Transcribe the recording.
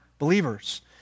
Believers